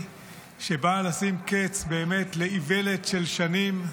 שבאה לשים קץ לאיוולת של שנים,